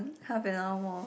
half an hour more